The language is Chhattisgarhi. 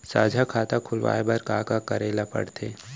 साझा खाता खोलवाये बर का का करे ल पढ़थे?